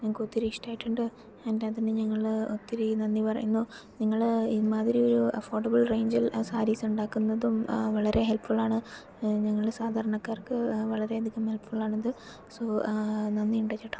ഞങ്ങക്ക് ഒത്തിരി ഇഷ്ടമായിട്ടുണ്ട് എല്ലാത്തിനും ഞങ്ങള് ഒത്തിരി നന്ദി പറയുന്നു നിങ്ങള് ഇമ്മാതിരി അഫോർഡബിൾ റേഞ്ചിൽ സാരീസ് ഉണ്ടാകുന്നതും വളരെ ഹെല്പ് ഫുള്ളാണ് ഞങ്ങൾ സാധാരണക്കാർക്ക് വളരെ അധികം ഹെല്പ് ഫുള്ളാണിത് സോ നന്ദിയുണ്ട് ചേട്ടാ